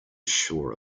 sure